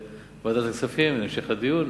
שההצעה תעבור לוועדת הכספים להמשך הדיון.